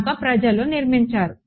కనుక ప్రజలు నిర్మించారు